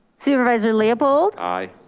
supervisor leopold. aye.